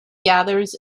gathers